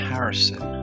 Harrison